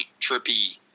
trippy